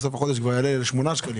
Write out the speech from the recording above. החודש כבר יעלה ל-8 שקלים.